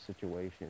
situation